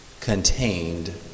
contained